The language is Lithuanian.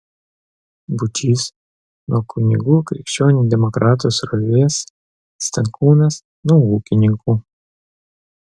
būčys nuo kunigų krikščionių demokratų srovės stankūnas nuo ūkininkų